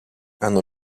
hanno